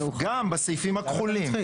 גם בעמוד האחרון של הסעיפים הכחולים,